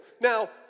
Now